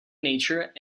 nature